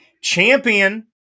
champion